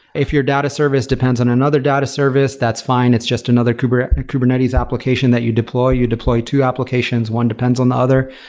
if your data service depends on another data service, that's fine. it's just another kubernetes and kubernetes application that you deploy. you deploy two applications. one depends on other.